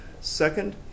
Second